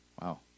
Wow